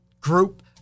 group